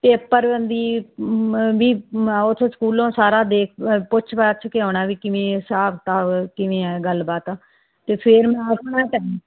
ਅਤੇ ਵੀ ਉੱਥੋਂ ਸਕੂਲੋਂ ਸਾਰਾ ਦੇਖ ਪੁੱਛ ਪਾਛ ਕੇ ਆਉਣਾ ਵੀ ਕਿਵੇਂ ਹਿਸਾਬ ਕਿਤਾਬ ਕਿਵੇਂ ਆ ਗੱਲਬਾਤ ਅਤੇ ਫਿਰ